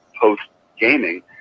post-gaming